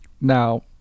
now